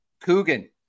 Coogan